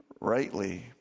rightly